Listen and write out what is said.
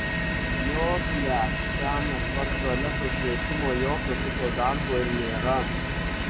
jo blet ten apart tualeto šveitimo jokio kito darbo ir nėra